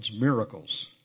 miracles